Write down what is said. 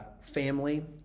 family